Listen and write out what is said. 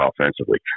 offensively